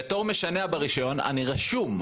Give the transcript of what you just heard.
בתור משנע ברישיון אני רשום.